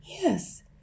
Yes